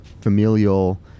familial